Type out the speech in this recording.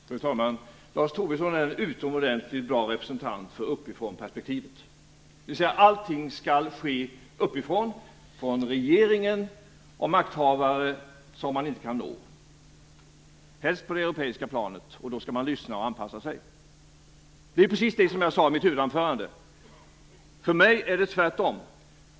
Fru talman! Lars Tobisson är en utomordentligt bra representant för uppifrån-perspektivet. Allting skall ske uppifrån, från regeringen och makthavare som inte kan nås, och helst på det europeiska planet. Då skall man lyssna och anpassa sig. Det är ju precis det jag sade i mitt huvudanförande - för mig är det tvärtom.